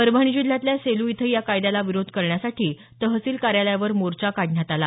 परभणी जिल्ह्यातल्या सेलू इथंही या कायद्याला विरोध करण्यासाठी तहसील कार्यालयावर मोर्चा काढण्यात आला